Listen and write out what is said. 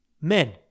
men